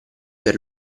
per